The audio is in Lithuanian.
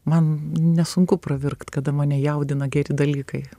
man nesunku pravirkt kada mane jaudina geri dalykai